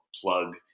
plug